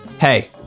Hey